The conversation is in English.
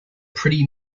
pretty